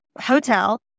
hotel